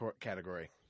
category